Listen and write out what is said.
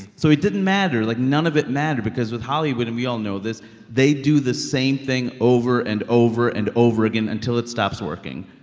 so it didn't matter. like, none of it mattered because with hollywood and we all know this they do the same thing over and over and over again until it stops working.